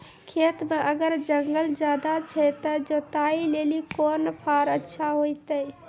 खेत मे अगर जंगल ज्यादा छै ते जुताई लेली कोंन फार अच्छा होइतै?